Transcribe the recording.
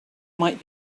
might